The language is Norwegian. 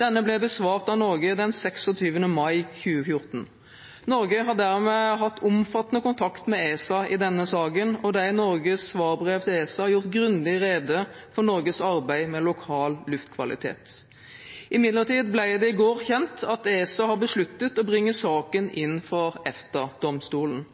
Denne ble besvart av Norge den 26. mai 2014. Norge har dermed hatt omfattende kontakt med ESA i denne saken, og det er i Norges svarbrev til ESA gjort grundig rede for Norges arbeid med lokal luftkvalitet. Imidlertid ble det i går kjent at ESA har besluttet å bringe saken inn for EFTA-domstolen.